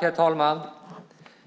Herr talman!